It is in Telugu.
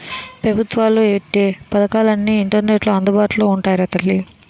పెబుత్వాలు ఎట్టే పదకాలన్నీ ఇంటర్నెట్లో అందుబాటులో ఉంటాయిరా తల్లీ